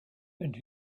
and